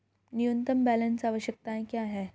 न्यूनतम बैलेंस आवश्यकताएं क्या हैं?